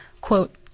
quote